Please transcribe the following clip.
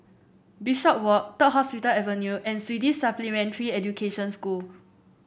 Bishopswalk Third Hospital Avenue and Swedish Supplementary Education School